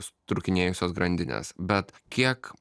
sutrūkinėjusios grandinės bet kiek